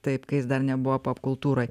taip kai jis dar nebuvo popkultūroj